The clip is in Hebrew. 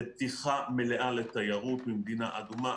פתיחה מלאה לתיירות ממדינה אדומה,